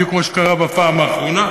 בדיוק כמו שקרה בפעם האחרונה.